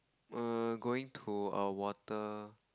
err going to a water